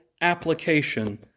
application